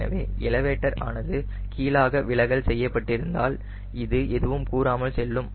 எனவே எலவேட்டர் ஆனது கீழாக விலகல் செய்யப்பட்டிருந்தால் இது எதுவும் கூறாமல் செல்லும்